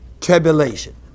tribulation